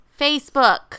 Facebook